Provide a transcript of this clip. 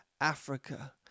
Africa